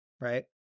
right